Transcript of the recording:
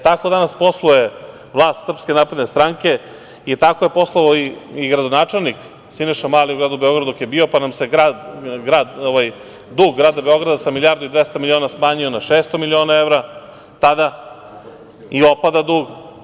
Tako danas posluje vlast SNS i tako je poslovao i gradonačelnik Siniša Mali, dok je bio, pa nam se dug grada Beograda sa milijardu i 200 miliona smanjio na 600 miliona evra tada i opada dug.